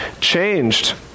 Changed